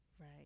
Right